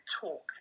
talk